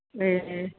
ए